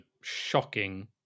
shocking